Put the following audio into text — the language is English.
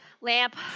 Lamp